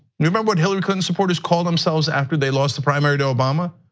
remember what hillary clinton supporters called themselves after they lost the primary to obama?